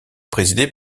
présidé